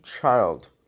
child